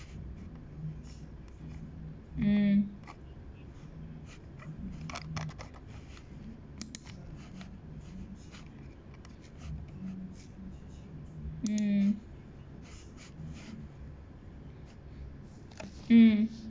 mm mm mm